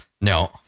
No